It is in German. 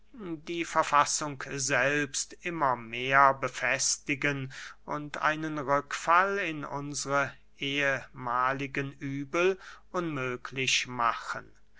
die verfassung selbst immer mehr befestigen und einen rückfall in unsre ehemahlige übel unmöglich machen